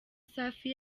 safi